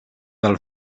del